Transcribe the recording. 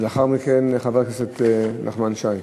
לאחר מכן, חבר הכנסת נחמן שי.